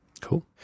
Cool